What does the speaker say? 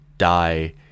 die